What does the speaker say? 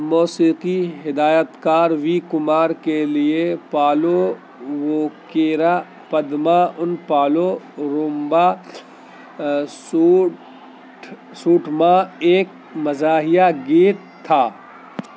موسیقی ہدایتکار وی کمار کے لئے پالو ووکیرا پدما ان پالو رومبا سوٹھ سوٹھما ایک مزاحیہ گیت تھا